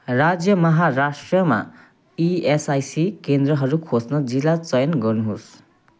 राज्य माहाराष्ट्रमा इएसआइसी केन्द्रहरू खोज्न जिल्ला चयन गर्नुहोस्